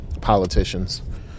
politicians